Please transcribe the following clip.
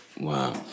Wow